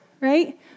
Right